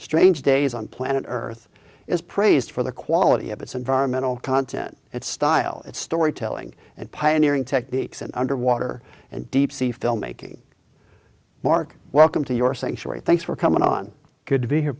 strange days on planet earth is praised for the quality of its environmental content its style its storytelling and pioneering techniques in underwater and deep sea filmmaking mark welcome to your sanctuary thanks for coming on good to be her